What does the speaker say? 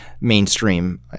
mainstream